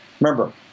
remember